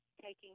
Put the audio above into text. taking